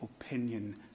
opinion